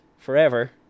forever